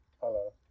Hello